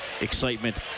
Excitement